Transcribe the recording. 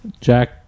Jack